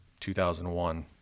2001